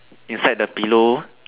inside the pillow